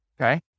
okay